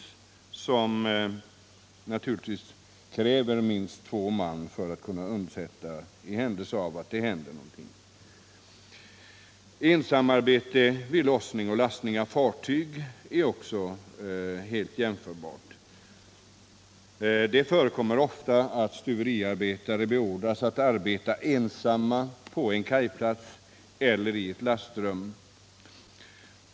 Där krävs det naturligtvis minst två personer för att man skall kunna ordna undsättning i händelse av att det inträffar något allvarligt. Ensamarbete vid lossning och lastning av fartyg är också helt jämförbart. Det förekommer ofta att en stuveriarbetare beordras att arbeta ensam på en kajplats eller i ett lastrum.